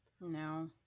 No